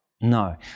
No